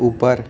ऊपर